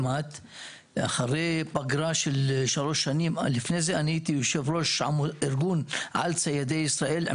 לפני זה הייתי יושב-ראש ארגון על ציידי ישראל.